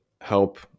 help